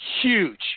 huge